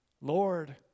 Lord